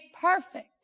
perfect